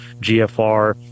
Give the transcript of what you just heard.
GFR